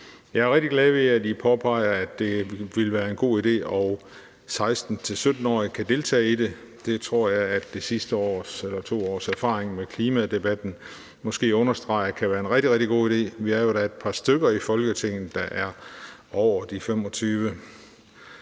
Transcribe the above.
Jeg er rigtig glad ved, at I påpeger, at det ville være en god idé, at 16- og 17-årige kan deltage i det; det tror jeg at de sidste 2 års erfaring med klimadebatten måske understreger kan være en rigtig, rigtig god idé, vi er jo da et par stykker i Folketinget, der er over 25